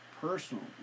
personal